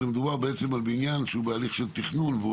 מדובר בעצם בבניין שהוא בהליך של תכנון והוא